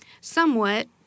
Somewhat